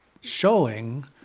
showing